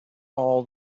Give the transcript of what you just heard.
all